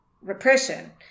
repression